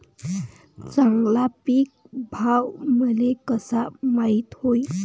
चांगला पीक भाव मले कसा माइत होईन?